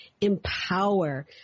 empower